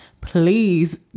Please